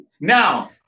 Now